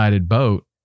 boat